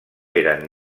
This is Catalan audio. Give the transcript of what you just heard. eren